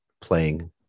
playing